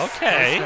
Okay